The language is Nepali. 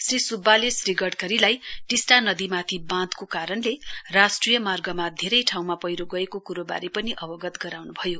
श्री सुब्बाले श्री गडकरीलाई टिस्टा नदीमाथि बाँधको कारणले राष्ट्रिय मार्गमा धेरै ठाउँमा पैह्रो गएको कुरोबारे पनि अवगत गराउनु भयो